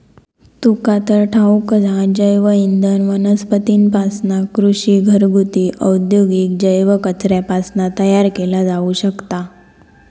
तुका तर ठाऊकच हा, जैवइंधन वनस्पतींपासना, कृषी, घरगुती, औद्योगिक जैव कचऱ्यापासना तयार केला जाऊ शकता